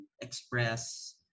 express